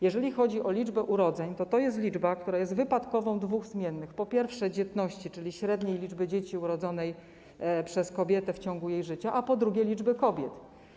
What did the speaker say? Jeśli chodzi o liczbę urodzeń, to jest to liczba będąca wypadkową dwóch zmiennych: po pierwsze - dzietności, czyli średniej liczby dzieci urodzonych przez kobietę w ciągu jej życia, a po drugie - liczby kobiet.